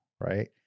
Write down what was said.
right